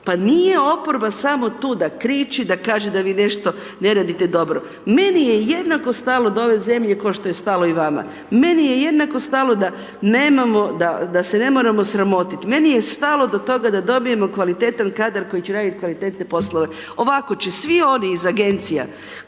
pa nije oporba samo tu da kriči da kaže da vi nešto ne radite dobro, meni je jednako stalo do ove zemlje ko što je stalo i vama. Meni je jednako stalo da nemamo, da se ne moramo sramotit, meni je stalo do toga da dobijemo kvaliteta kadar koji će radit kvalitetne poslove, ovako će svi oni iz agencija